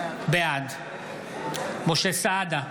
בעד משה סעדה,